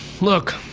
Look